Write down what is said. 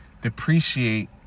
depreciate